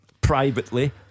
Privately